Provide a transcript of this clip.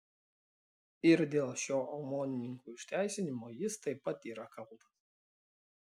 ir dėl šio omonininkų išteisinimo jis taip pat yra kaltas